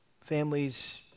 families